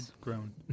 grown